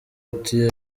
uti